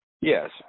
Yes